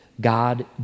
God